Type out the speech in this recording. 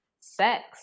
sex